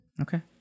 Okay